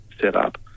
setup